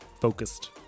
focused